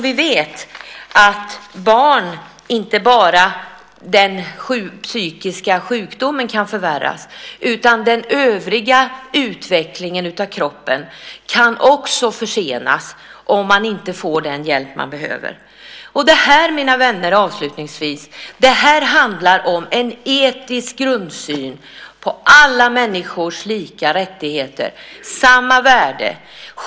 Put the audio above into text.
Vi vet ju att det inte bara är barnets psykiska sjukdom som kan förvärras om det inte får den hjälp det behöver, utan den övriga utvecklingen av kroppen kan också försenas. Det här, mina vänner, handlar om en etisk grundsyn om alla människors lika rättigheter och samma värde.